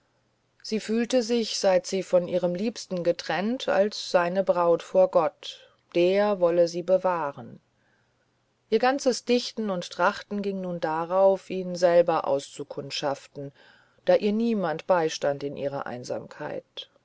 sie fühlte sich seit sie von ihrem liebsten getrennt als seine braut vor gott der wolle sie bewahren ihr ganzes dichten und trachten ging nun darauf ihn selber auszukundschaften da ihr niemand beistand in ihrer einsamkeit